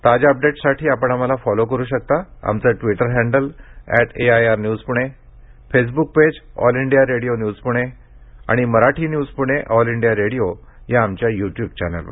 ताज्या अपडेट्ससाठी आपण आम्हाला फॉलो करु शकता आमचं Twitter handle at AIR news Pune Facebook page all India radio news Pune आणि Marathi news Pune all India radio या आमच्या युट्युब चॅनेलवर